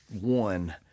one